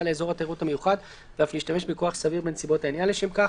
לאזור התיירות המיוחד ואף להשתמש בכוח סביר בנסיבות העניין לשם כך,